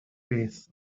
beth